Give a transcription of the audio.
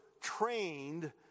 trained